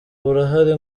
burahari